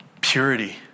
Purity